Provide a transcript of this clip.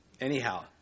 Anyhow